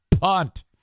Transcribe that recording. Punt